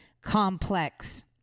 complex